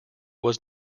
was